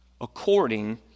according